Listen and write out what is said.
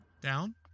Down